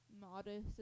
modest